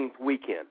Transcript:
weekend